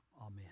amen